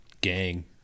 gang